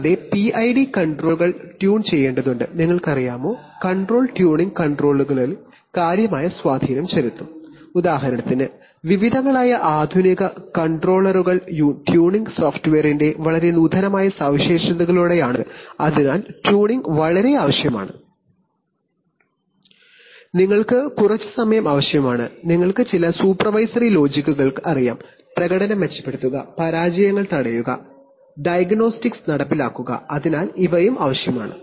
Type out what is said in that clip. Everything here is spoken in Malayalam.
കൂടാതെ പിഐഡി കൺട്രോളറുകൾ ട്യൂൺ ചെയ്യേണ്ടതുണ്ട് നിങ്ങൾക്കറിയാമോ കൺട്രോൾ ട്യൂണിംഗ് കൺട്രോളറുകളിൽ കാര്യമായ സ്വാധീനം ചെലുത്തും ഉദാഹരണത്തിന് വിവിധങ്ങളായ ആധുനിക കൺട്രോളറുകൾ ട്യൂണിംഗ് സോഫ്റ്റ്വെയറിന്റെ വളരെ നൂതനമായ സവിശേഷതകളോടെയാണ് വരുന്നത് അതിനാൽ ട്യൂണിംഗ് വളരെ ആവശ്യമാണ് നിങ്ങൾക്ക് കുറച്ച് സമയം ആവശ്യമാണ് നിങ്ങൾക്ക് ചില സൂപ്പർവൈസറി ലോജിക്കുകൾ അറിയാം പ്രകടനം മെച്ചപ്പെടുത്തുക പരാജയങ്ങൾ തടയുക ഡയഗ്നോസ്റ്റിക്സ് നടപ്പിലാക്കുക അതിനാൽ ഇവയും ആവശ്യമാണ്